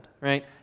right